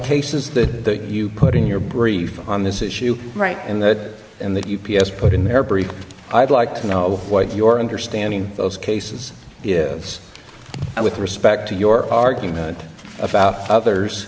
cases the you put in your brief on this issue right in that in that u p s put in their brief i'd like to know what your understanding of those cases is with respect to your argument about others